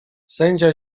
sędzia